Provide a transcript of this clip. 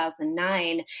2009